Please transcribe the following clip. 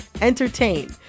entertain